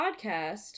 podcast